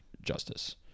justice